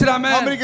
amen